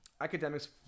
Academics